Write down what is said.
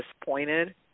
disappointed